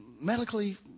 medically